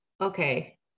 okay